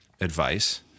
advice